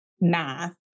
math